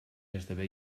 esdevé